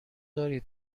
دارید